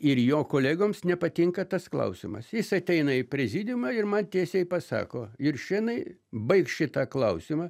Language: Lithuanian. ir jo kolegoms nepatinka tas klausimas jis ateina į prezidiumą ir man tiesiai pasako juršėnai baik šitą klausimą